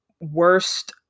worst